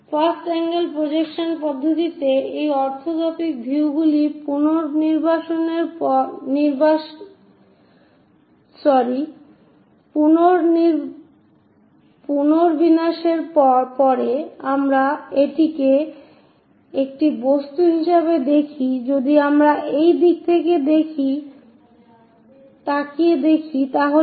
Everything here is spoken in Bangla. ফার্স্ট আঙ্গেল প্রজেকশন পদ্ধতিতে এই অরথোগ্রাফিক ভিউগুলির পুনর্বিন্যাসের পরে আমরা এটিকে একটি বস্তু হিসেবে দেখি যদি আমরা এই দিক থেকে তাকিয়ে দেখি তাহলে